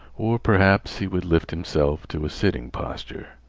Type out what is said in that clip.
or, perhaps, he would lift himself to a sitting posture,